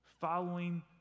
Following